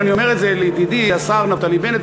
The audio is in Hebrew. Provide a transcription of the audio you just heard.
ואני אומר את זה לידידי השר נפתלי בנט,